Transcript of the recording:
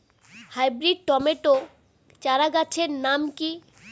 Hybrid tomato চারাগাছের নাম কি?